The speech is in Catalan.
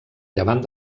llevant